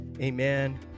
Amen